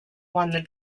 won